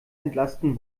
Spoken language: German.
entlasten